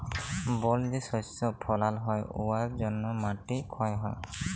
বল যে শস্য ফলাল হ্যয় উয়ার জ্যনহে মাটি ক্ষয় হ্যয়